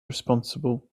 responsible